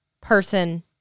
person